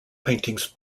paintings